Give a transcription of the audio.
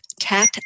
TAT